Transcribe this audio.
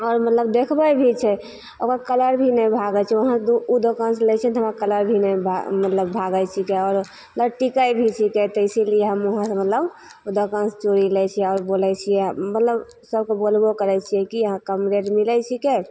आओर मतलब देखबै भी छै ओकर कलर भी नहि भागै छै वहाँ ओ दोकान से लै छिए ने तऽ हमारा कलर भी नहि मतलब भागै छिकै आओर टिकै भी छिकै तऽ इसीलिए हम वहाँसे मतलब ओ दोकानसे चूड़ी लै छिए आओर बोलै छिए मतलब सभके बोलबो करै छिए कि यहाँ कम रेट मिलै छिकै